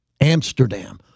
Amsterdam